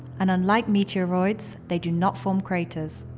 and, unlike meteoroids, they do not form craters.